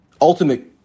ultimate